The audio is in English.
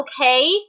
okay